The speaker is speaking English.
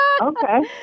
Okay